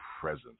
presence